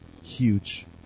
huge